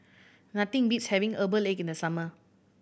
nothing beats having herbal egg in the summer